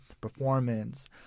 performance